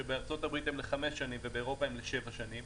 שבארצות הברית הם לחמש שנים ובאירופה הם לשבע שנים,